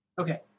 Okay